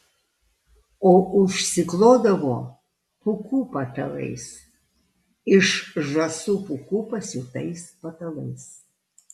o užsiklodavo pūkų patalais iš žąsų pūkų pasiūtais patalais